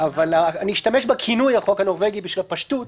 אבל אני אשתמש בכינוי "החוק הנורווגי" בשביל הפשטות.